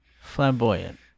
Flamboyant